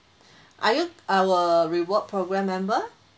are you our reward program member